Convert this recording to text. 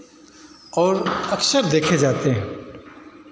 और अक्सर देखे जाते हैं